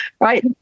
Right